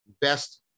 best